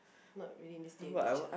not really in this day and age ah